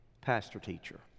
pastor-teacher